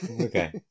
Okay